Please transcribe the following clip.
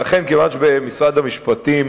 ולכן, כיוון שמשרד המשפטים